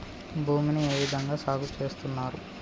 భూమిని ఏ విధంగా సాగు చేస్తున్నారు?